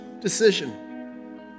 decision